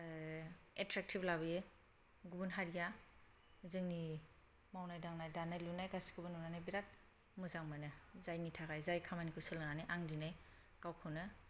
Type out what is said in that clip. attractive लाबोयो गुबुन हारिया जोंनि मावनाय दांनाय दानाय लुनाय गासैखौबो नुनानै बिराद मोजां मोनो जायनि थाखाय जाय खामानिखौ सोलोंनानै आं दिनै गावखौनो